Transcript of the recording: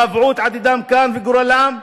קבעו את עתידם וגורלם כאן.